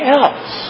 else